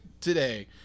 today